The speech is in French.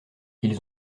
ils